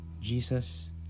Jesus